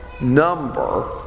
number